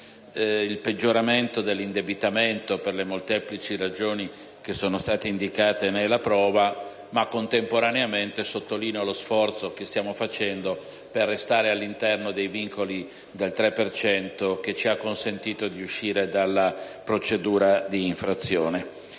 Il peggioramento dell'indebitamento, per le molteplici ragioni che sono state indicate, ne è la prova, ma contemporaneamente sottolineo lo sforzo che stiamo facendo per restare all'interno dei vincoli del 3 per cento che ci hanno consentito di uscire dalla procedura di infrazione.